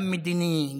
גם מדיני,